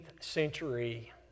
century